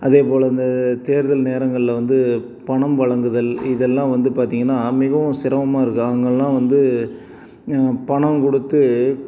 அதேப்போல இந்த தேர்தல் நேரங்கள்ல வந்து பணம் வழங்குதல் இதெல்லாம் வந்து பார்த்தீங்கன்னா மிகவும் சிரமமாக இருக்குது அவங்கள்லாம் வந்து பணம் கொடுத்து